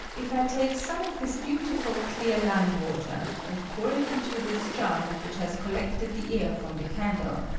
if i take some of this beautiful clear lime-water, and ponr it into this jar which has collected the air from the candle,